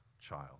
child